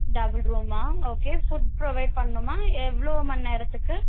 double ரூமா okay food provide பண்ணுமா எவ்வளோ மணிநேரத்துக்கு